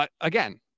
again